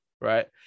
right